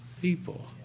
people